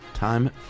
Time